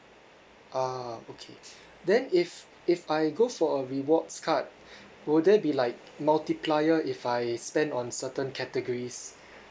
ah okay then if if I go for a rewards card will there be like multiplier if I spend on certain categories